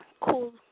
Cool